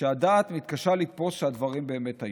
והדעת מתקשה לתפוס שהדברים באמת היו.